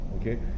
okay